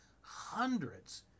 hundreds